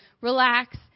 relax